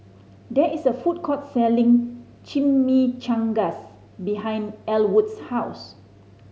there is a food court selling Chimichangas behind Elwood's house